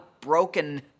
broken